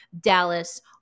Dallas